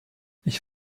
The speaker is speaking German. ich